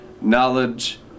knowledge